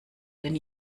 den